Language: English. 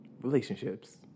relationships